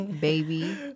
baby